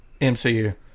MCU